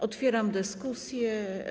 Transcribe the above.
Otwieram dyskusję.